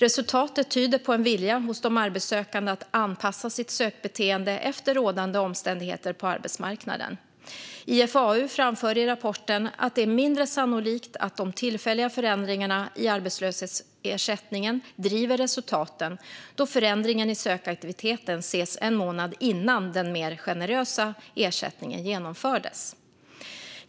Resultatet tyder på en vilja hos de arbetssökande att anpassa sitt sökbeteende efter rådande omständigheter på arbetsmarknaden. IFAU framför i rapporten att det är mindre sannolikt att de tillfälliga förändringarna i arbetslöshetsersättningen driver resultaten, då förändringen i sökaktiviteten ses en månad innan den mer generösa ersättningen genomfördes.